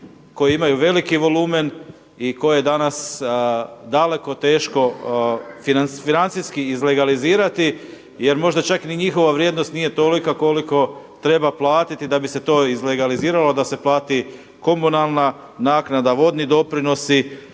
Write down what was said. koji imaju veliki volumen i koje danas daleko teško financijski izlegalizirati jer možda čak niti njihova vrijednost nije tolika koliko treba platiti da bi se to izlegaliziralo da se plati komunalna naknada, vodni doprinosi